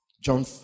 John